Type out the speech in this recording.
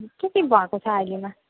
के के भएको छ अहिलेमा